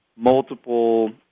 multiple